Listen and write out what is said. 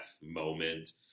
moment